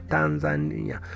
Tanzania